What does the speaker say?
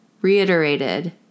reiterated